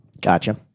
Gotcha